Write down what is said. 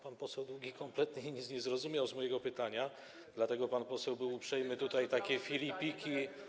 Pan poseł Długi kompletnie nic nie zrozumiał z mojego pytania, dlatego był uprzejmy tutaj takie filipiki.